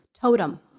Totem